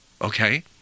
Okay